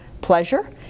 pleasure